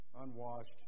unwashed